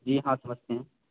جی ہاں سمجھتے ہیں